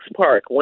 Park